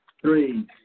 three